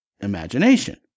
imagination